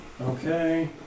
Okay